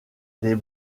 des